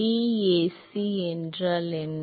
DAC என்றால் என்ன